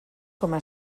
coma